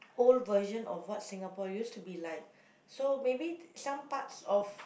old version of what Singapore used to be like so maybe some parts of